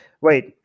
Wait